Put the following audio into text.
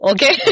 Okay